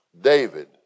David